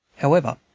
however,